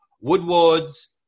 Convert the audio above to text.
Woodward's